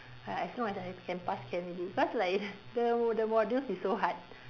ah as long as I can pass can already cause like the the modules is so hard